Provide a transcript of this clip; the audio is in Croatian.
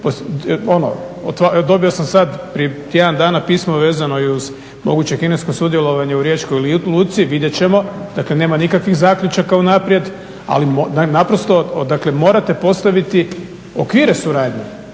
dobio sam sad prije tjedan dana pismo vezano i uz moguće kinesko sudjelovanje u Riječkoj luci, vidjet ćemo, dakle nema nikakvih zaključaka unaprijed ali naprosto morate postaviti okvire suradnje